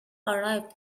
arrived